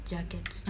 Jacket